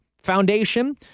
foundation